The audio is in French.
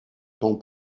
temps